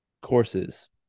courses